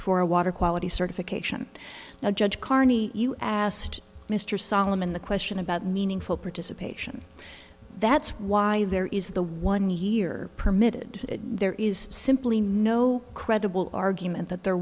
a water quality certification now judge carney you asked mr solomon the question about meaningful participation that's why there is the one year permitted there is simply no credible argument that there